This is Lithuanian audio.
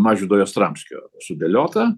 mažvydo jastramskio sudėliota